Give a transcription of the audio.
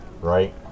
right